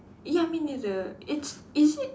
ya I mean neither it's is it